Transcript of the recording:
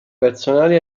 personali